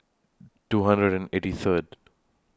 two hundred and eighty Third